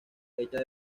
hechas